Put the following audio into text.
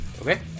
Okay